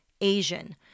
Asian